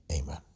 Amen